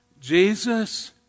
Jesus